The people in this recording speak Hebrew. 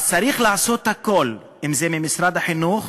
אז צריך לעשות הכול, אם מטעם משרד החינוך,